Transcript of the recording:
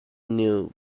knew